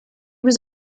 was